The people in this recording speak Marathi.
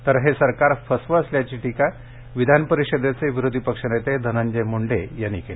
तर हे सरकार फसवं असल्याची टीका विधान परिषदेचे विरोधी पक्षनेते धनंजय मुंडे यांनी यावेळी केली